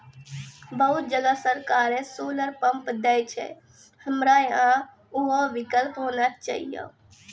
बहुत जगह सरकारे सोलर पम्प देय छैय, हमरा यहाँ उहो विकल्प होना चाहिए?